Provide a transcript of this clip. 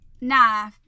nah